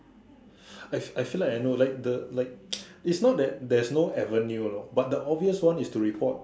I I feel like I know like the like it's not that there's no avenue lor but the obvious one is to report